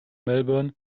melbourne